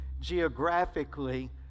geographically